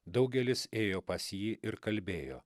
daugelis ėjo pas jį ir kalbėjo